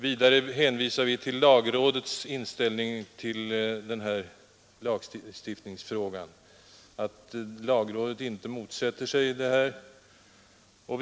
Vidare hänvisar vi till lagrådets inställning till denna lagstiftningsfråga, dvs. att lagrådet inte mot ätter sig den föreslagna lagstiftningen.